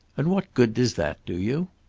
and what good does that do you?